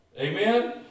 Amen